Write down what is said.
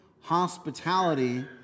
hospitality